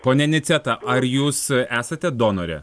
ponia aniceta ar jūs esate donorė